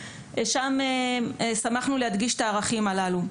שם שמחנו להדגיש את הערכים הללו.